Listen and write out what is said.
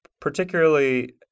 particularly